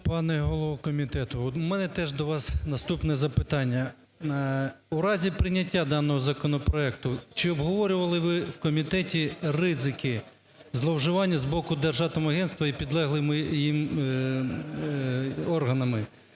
Пане голово комітету, от в мене теж до вас наступне запитання. У разі прийняття даного законопроекту, чи обговорювали ви в комітеті ризики зловживання з боку Держатомагентства і підлеглими їм органами?